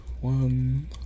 One